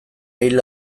hil